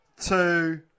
two